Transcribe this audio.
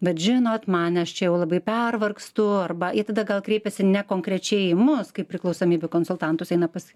vat žinot man aš čia labai pervargstu arba tada gal kreipiasi ne konkrečiai į mus kaip priklausomybių konsultantus eina pas